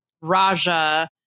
Raja